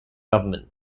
government